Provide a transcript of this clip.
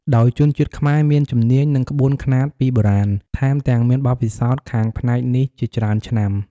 ដោយជនជាតិខ្មែរមានជំនាញ និងក្បួនខ្នាតពីបុរាណ ថែមទាំងមានបទពិសោធន៍ខាងផ្នែកនេះជាច្រើនឆ្នាំ។